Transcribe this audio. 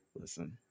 Listen